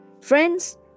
Friends